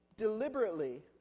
deliberately